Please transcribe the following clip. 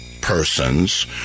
persons